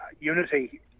unity